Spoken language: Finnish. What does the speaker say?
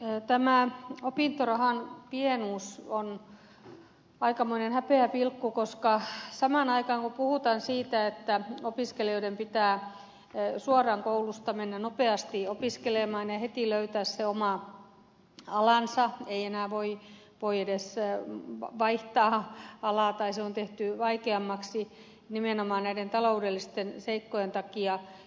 tämä opintorahan pienuus on aikamoinen häpeäpilkku kun samaan aikaan puhutaan siitä että opiskelijoiden pitää suoraan koulusta mennä nopeasti opiskelemaan ja heti löytää se oma alansa ei enää voi edes vaihtaa alaa tai se on tehty vaikeammaksi nimenomaan näiden taloudellisten seikkojen takia